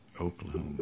Oklahoma